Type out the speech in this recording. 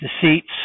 deceits